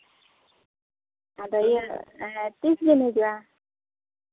ᱟᱫᱚ ᱤᱭᱟᱹ ᱛᱤᱥ ᱵᱮᱱ ᱦᱤᱡᱩᱜᱼᱟ